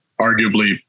arguably